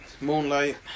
Moonlight